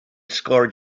scored